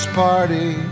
party